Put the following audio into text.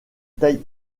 taille